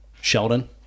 Sheldon